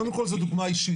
קודם כל זו דוגמה אישית,